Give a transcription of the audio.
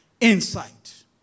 insight